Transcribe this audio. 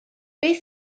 beth